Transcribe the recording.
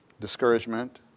discouragement